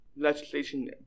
legislation